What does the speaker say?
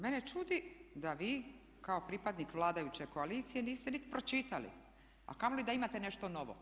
Mene čudi da vi kao pripadnik vladajuće koalicije niste niti pročitali, a kamoli da imate nešto novo.